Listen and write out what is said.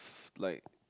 like